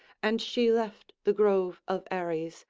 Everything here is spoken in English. and she left the grove of ares,